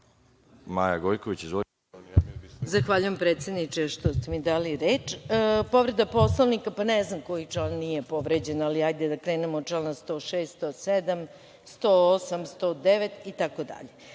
**Maja Gojković** Zahvaljujem predsedniče što ste mi dali reč. Povreda Poslovnika. Ne znam koji član nije povređen, ali, da krenemo od člana 106, 107, 108, 109.